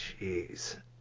Jeez